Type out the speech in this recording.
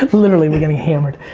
literally, we're getting hammered.